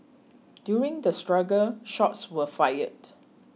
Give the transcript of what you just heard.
during the struggle shots were fired